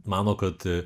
mano kad